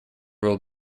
will